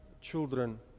children